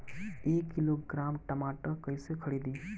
एक किलोग्राम टमाटर कैसे खरदी?